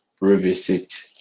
revisit